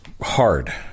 hard